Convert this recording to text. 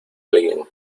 alguien